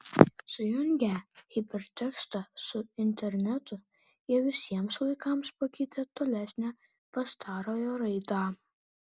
sujungę hipertekstą su internetu jie visiems laikams pakeitė tolesnę pastarojo raidą